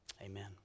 amen